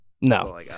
No